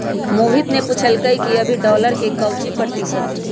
मोहित ने पूछल कई कि अभी डॉलर के काउची प्रतिशत है?